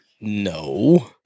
no